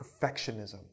perfectionism